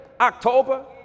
October